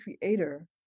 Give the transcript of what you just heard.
creator